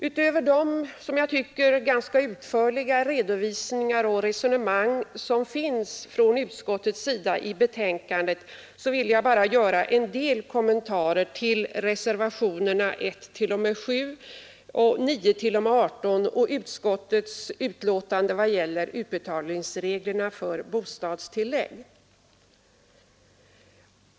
Utöver de — som jag tycker ganska utförliga — redovisningar och resonemang som presenteras i betänkandet vill jag bara göra en del kommentarer till reservationerna 1 t.o.m. 7 och 9 t.o.m. 18 samt till utskottets skrivning vad gäller utbetalningsreglerna för bostadstillägg.